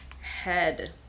head